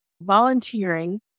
volunteering